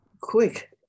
quick